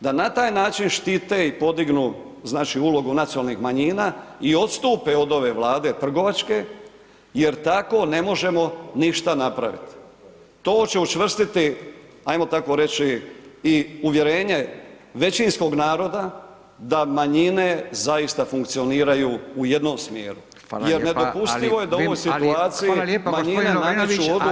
da na taj način štite i podignu znači ulogu nacionalnih manjina i odstupe od ove Vlade trgovačke jer tako ne možemo ništa napravit, to će učvrstiti ajmo tako reći i uvjerenje većinskog naroda da manjine zaista funkcioniraju u jednom smjeru [[Upadica: Hvala lijepa]] jer nedopustivo [[Upadica: ali, vi, ali, hvala lijepa g. Lovrinović…]] je da u ovoj situaciji manjine nameću odluke većini.